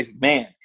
man